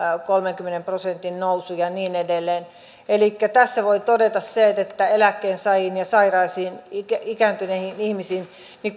kolmenkymmenen prosentin nousu ja niin edelleen elikkä tässä voi todeta sen että eläkkeensaajiin ja sairaisiin ikääntyneihin ihmisiin